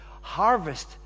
harvest